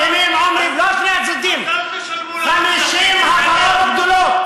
לא שני הצדדים הפרות גדולות.